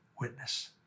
witness